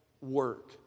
work